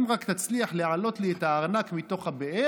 אם רק תצליח להעלות לי את הארנק מתוך הבאר